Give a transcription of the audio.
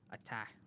attack